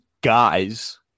guys